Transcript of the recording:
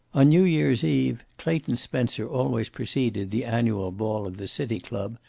on new-year's eve clayton spencer always preceded the annual ball of the city club,